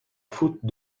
faute